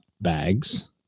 bags